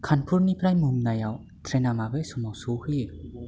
कानपुरनिफ्राय मुम्बाईआव ट्रेना माबे समाव सौहैयो